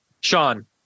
Sean